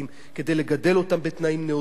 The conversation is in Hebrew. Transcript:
כדי לגדל אותם בתנאים נאותים,